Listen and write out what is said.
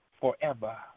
Forever